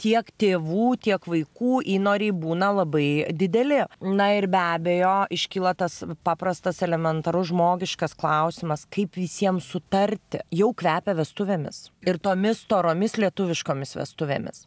tiek tėvų tiek vaikų įnoriai būna labai dideli na ir be abejo iškyla tas paprastas elementarus žmogiškas klausimas kaip visiems sutarti jau kvepia vestuvėmis ir tomis storomis lietuviškomis vestuvėmis